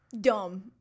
dumb